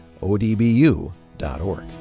odbu.org